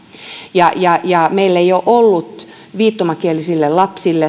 meillä ei ole ollut suomenruotsalaisille viittomakielisille lapsille